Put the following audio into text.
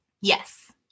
Yes